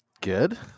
Good